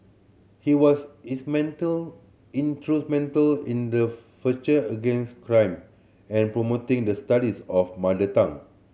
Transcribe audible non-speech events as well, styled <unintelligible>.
he was instrumental <unintelligible> in the <unintelligible> against crime and promoting the studies of mother tongue